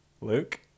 Luke